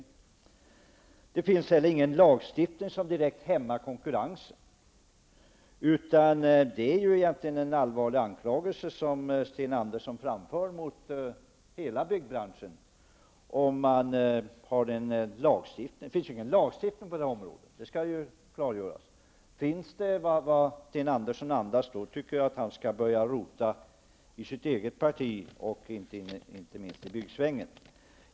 För det andra finns det heller ingen lagstiftning som direkt hämmar konkurrensen, utan här framför ju Sten Andersson en allvarlig anklagelse mot hela byggbranschen. Sten Andersson antyder, då tycker jag att han skall börja rota i sitt eget parti och inte minst i byggsvängen.